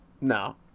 No